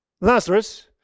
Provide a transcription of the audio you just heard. Lazarus